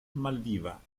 malviva